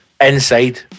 Inside